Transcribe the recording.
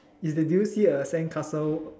you you do you see a sandcastle